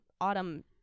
Autumn